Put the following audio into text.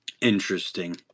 Interesting